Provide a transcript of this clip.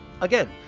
Again